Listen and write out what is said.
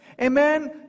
Amen